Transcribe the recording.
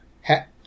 hat